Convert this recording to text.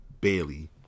Bailey